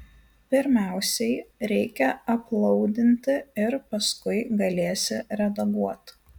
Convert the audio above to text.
pirmiausiai reikia aplaudinti ir paskui galėsi redaguot